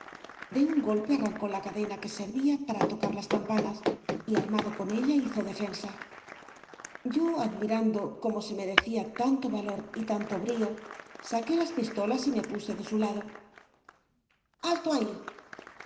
de un golpe arrancó la cadena que servía para tocar las campanas y armado con ella hizo defensa yo admirando como se merecía tanto valor y tanto brío saqué las pistolas y me puse de su lado alto ahí